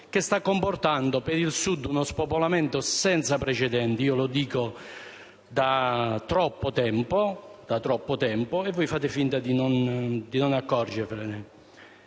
e sta comportando per il Sud uno spopolamento senza precedenti. Lo dico da troppo tempo, e voi fate finta di non accorgervene.